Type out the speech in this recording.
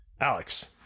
Alex